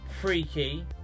Freaky